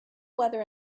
weather